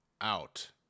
out